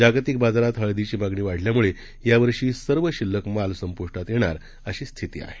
जागतिक बाजारात हळदीची मागणी वाढल्यामुळे यावर्षी सर्व शिल्लक माल संप्ष्टात येणार अशी स्थिती आहे